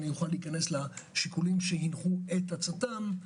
אוכל להיכנס לשיקולים שהנחו את הצט"ם.